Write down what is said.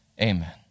amen